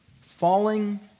Falling